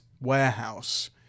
warehouse